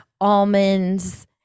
almonds